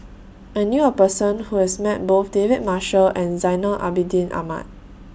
I knew A Person Who has Met Both David Marshall and Zainal Abidin Ahmad